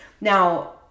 Now